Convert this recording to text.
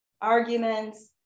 arguments